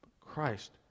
Christ